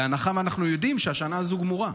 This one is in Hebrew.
בהנחה שאנחנו יודעים שהשנה הזו גמורה.